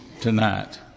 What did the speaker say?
tonight